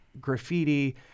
graffiti